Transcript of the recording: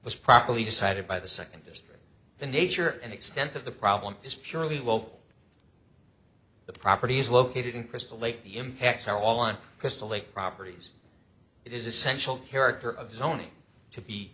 was properly decided by the second district the nature and extent of the problem is purely local the property is located in crystal lake the impacts are all on crystal lake properties it is essential character of zoning to be